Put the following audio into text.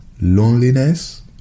loneliness